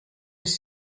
les